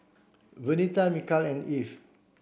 Vernita Mikal and Eve